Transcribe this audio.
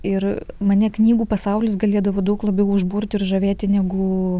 ir mane knygų pasaulis galėdavo daug labiau užburti ir žavėti negu